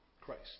Christ